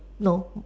no